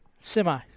Semi